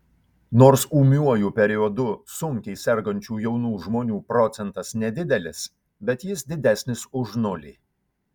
nors ūmiuoju periodu sunkiai sergančių jaunų žmonių procentas nedidelis bet jis didesnis už nulį